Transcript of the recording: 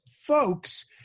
folks